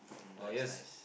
Honda is nice